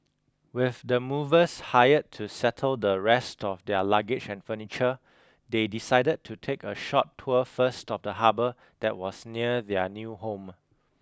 with the movers hired to settle the rest of their luggage and furniture they decided to take a short tour first of the harbour that was near their new home